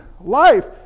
life